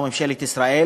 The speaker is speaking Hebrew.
או בממשלת ישראל,